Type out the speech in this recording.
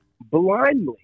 blindly